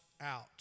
out